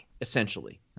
essentially